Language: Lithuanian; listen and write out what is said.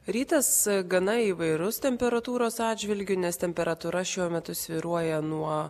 rytas gana įvairus temperatūros atžvilgiu nes temperatūra šiuo metu svyruoja nuo